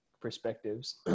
perspectives